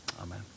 Amen